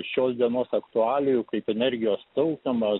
šios dienos aktualijų kaip energijos taupymas